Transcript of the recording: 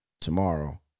tomorrow